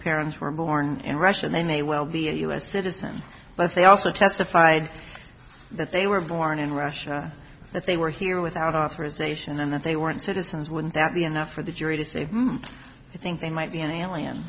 parents were born in russia they may well be a u s citizen but they also testified that they were born in russia that they were here without authorization and that they weren't citizens wouldn't that be enough for the jury to say i think they might be an alien